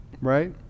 Right